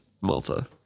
Malta